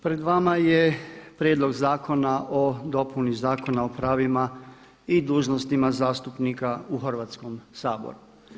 Pred vama je prijedlog zakona o dopuni Zakona o pravima i dužnostima zastupnika u Hrvatskom saboru.